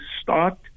start